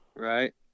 Right